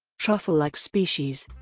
truffle-like species